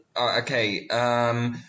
Okay